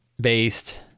based